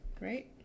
right